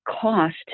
cost